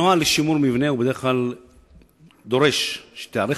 הנוהל לשימור מבנה דורש בדרך כלל שתיערך